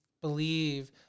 believe